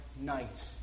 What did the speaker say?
night